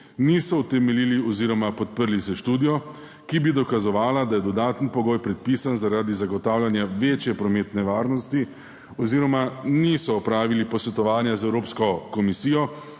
niso utemeljili oziroma podprli s študijo, ki bi dokazovala, da je dodaten pogoj predpisan zaradi zagotavljanja večje prometne varnosti oziroma niso opravili posvetovanja z Evropsko komisijo,